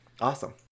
Awesome